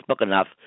enough